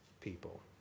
people